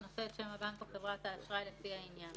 וכן שם המרשם ושם המדינה